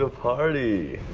ah party.